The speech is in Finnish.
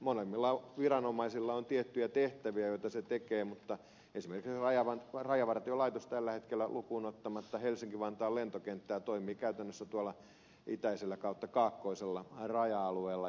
molemmilla viranomaisilla on tiettyjä tehtäviä joita ne tekevät mutta esimerkiksi rajavaltiolaitos tällä hetkellä lukuun ottamatta helsinki vantaan lentokenttää toimii käytännössä tuolla itäisellä ja kaakkoisella raja alueella